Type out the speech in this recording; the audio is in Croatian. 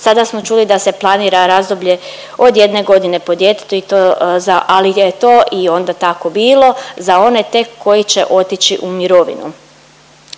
sada smo čuli da se planira razdoblje od jedne godine po djetetu i to i za, ali je to i onda tako bilo za one tek koji će otići u mirovinu.